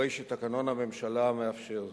הרי שתקנון הממשלה מאפשר זאת.